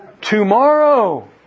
tomorrow